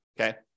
okay